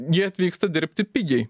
jie atvyksta dirbti pigiai